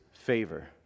favor